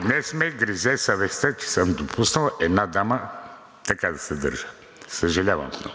днес ме гризе съвестта, че съм допуснал с една дама така да се държа. Съжалявам много.